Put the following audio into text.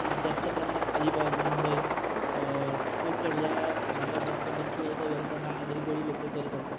जास्त प्रमाणात अलिबाग मुंबई कोकण ह्या भागात जास्त मच्छीमारीचा व्यवसाय हा आगरी कोळी लोकं करत असतात